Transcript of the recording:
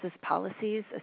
policies